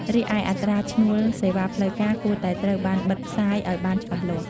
រីឯ អត្រាឈ្នួលសេវាផ្លូវការ គួរតែត្រូវបានបិទផ្សាយឱ្យបានច្បាស់លាស់។